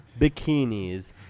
bikinis